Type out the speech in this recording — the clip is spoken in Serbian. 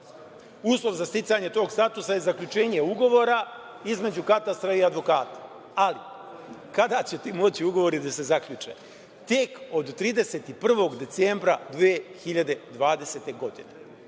Uslov za sticanje tog statusa je zaključenje ugovora između katastra i advokata. Ali, kada će ti ugovori moći da se zaključe? Tek od 31. decembra 2020. godine,